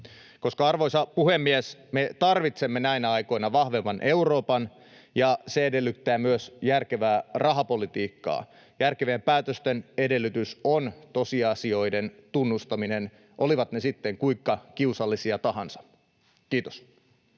arvoisa puhemies, me tarvitsemme näinä aikoina vahvemman Euroopan, ja se edellyttää myös järkevää rahapolitiikkaa. Järkevien päätösten edellytys on tosiasioiden tunnustaminen, olivat ne sitten kuinka kiusallisia tahansa. — Kiitos.